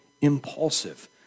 impulsive